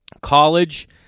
College